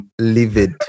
livid